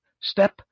Step